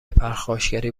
پرخاشگری